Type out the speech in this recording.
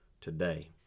today